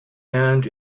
and